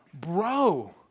bro